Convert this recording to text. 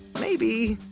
maybe.